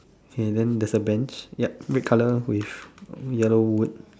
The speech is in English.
okay then there's a Bench yep red colour with yellow words